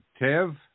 Tev